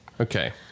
Okay